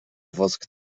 wosk